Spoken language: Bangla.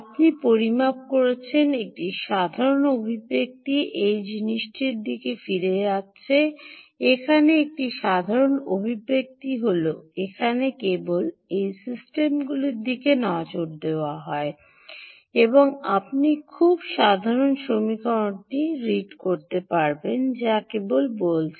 আপনি পরিমাপ করছেন একটি সাধারণ অভিব্যক্তি এই জিনিসটির দিকে ফিরে যাচ্ছে এখানে একটি সাধারণ অভিব্যক্তি হল এখানে কেবল এই সিস্টেমগুলির দিকে নজর দেওয়া এবং আপনি খুব সাধারণ সমীকরণটি রীত করতে পারেন যা কেবল বলেছেন